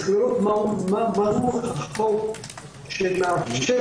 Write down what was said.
צריך לראות מה רוח החוק מאפשרת.